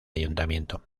ayuntamiento